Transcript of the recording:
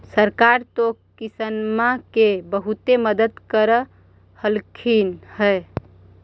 सरकार तो किसानमा के बहुते मदद कर रहल्खिन ह?